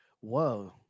Whoa